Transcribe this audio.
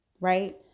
right